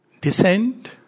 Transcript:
Descend